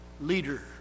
leader